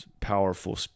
powerful